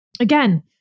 Again